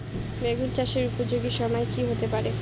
বেগুন চাষের উপযোগী সময় কি হতে পারে?